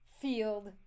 field